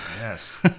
Yes